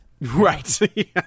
Right